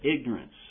ignorance